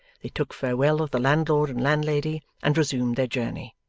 they took farewell of the landlord and landlady and resumed their journey.